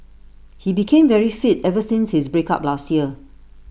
he became very fit ever since his break up last year